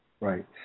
Right